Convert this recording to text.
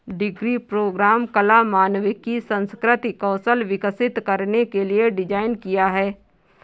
degree programme कला, मानविकी, सांस्कृतिक कौशल विकसित करने के लिए डिज़ाइन किया है